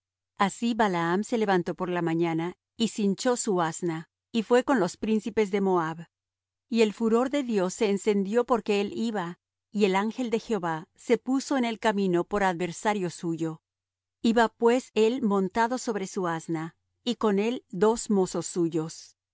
así balaam se levantó por la mañana y cinchó su asna y fué con los príncipes de moab y el furor de dios se encendió porque él iba y el ángel de jehová se puso en el camino por adversario suyo iba pues él montado sobre su asna y con él dos mozos suyos